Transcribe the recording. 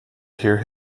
hear